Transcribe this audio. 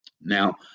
Now